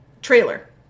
trailer